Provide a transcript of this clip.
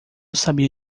sabia